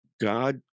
God